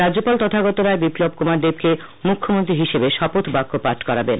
রাজ্যপাল তথাগত রায় বিপ্লব কুমার দেবকে মুখ্যমন্ত্রী হিসাবে শপখ বাক্য পাঠ করাবেন